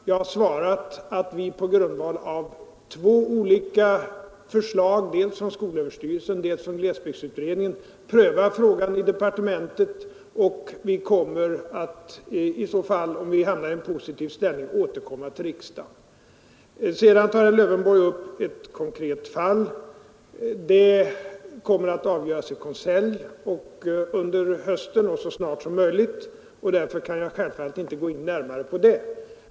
Jag har svarat att vi på grundval av två olika förslag, dels från skolöverstyrelsen, dels från glesbygdsutredningen, prövar ärendet inom departementet och att vi om vi hamnar i en positiv ställning skall återkomma till riksdagen. Den andra frågan är ett konkret fall, som tas upp av herr Lövenborg. Det kommer att avgöras i konselj så snart som möjligt under hösten, och därför kan jag självfallet inte gå närmare in på det.